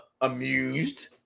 amused